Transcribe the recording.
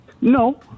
No